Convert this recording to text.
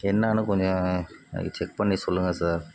என்னான்னு கொஞ்சம் எனக்கு செக் பண்ணி சொல்லுங்கள் சார்